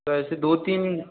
तो ऐसे दो तीन